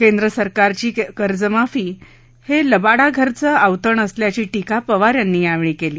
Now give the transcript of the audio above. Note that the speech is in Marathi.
केंद्र सरकारची कर्जमाफी हे लबाडाघरचं आवतण असल्याची टीका पवार यांनी यावेळी केली